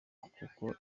kuko